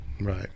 Right